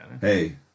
Hey